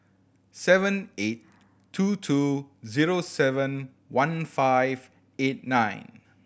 seven eight two two zero seven one five eight nine